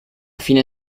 fine